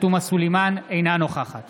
סלימאן, אינה נוכחת